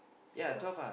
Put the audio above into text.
twelve